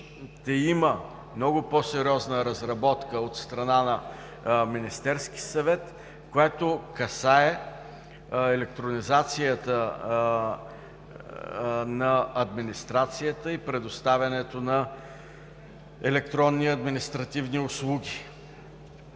ще има много по-сериозна разработка от Министерския съвет, която касае електронизацията на администрацията и предоставянето на електронни административни услуги.